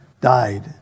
died